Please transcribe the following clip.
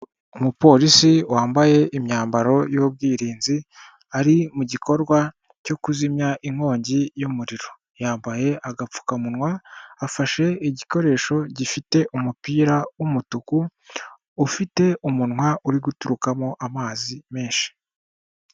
Umupolisi wambaye imyambaro y'ubwirinzi ari mu gikorwa cyo kuzimya inkongi y'umuriro, yambaye agapfukamunwa afashe igikoresho gifite umupira w'umutuku ufite umunwa uri guturukamo amazi menshi.